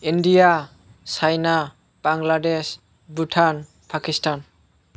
India China Bangladesh Bhutan Pakistan